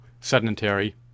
sedentary